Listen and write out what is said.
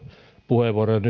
puheenvuoron